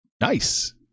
Nice